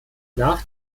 nach